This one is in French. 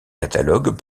catalogues